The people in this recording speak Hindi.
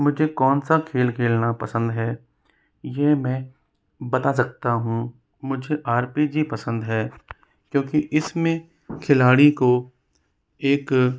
मुझे कौन सा खेल खेलना पसंद है यह मैं बता सकता हूँ मुझे आर पी जी पसंद है क्योंकि इसमें खिलाड़ी को एक